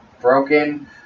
broken